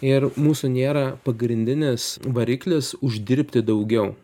ir mūsų nėra pagrindinis variklis uždirbti daugiau